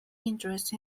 interest